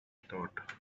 thought